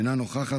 אינה נוכחת,